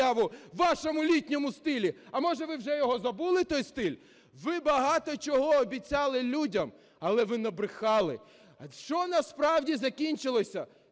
у вашому літньому стилі. А може ви вже забули той стиль? Ви багато чого обіцяли людям, але ви набрехали. Що насправді закінчилось?